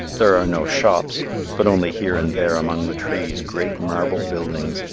there are no shops but only here and there among the trees great marble buildings,